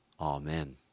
Amen